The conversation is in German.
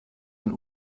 ein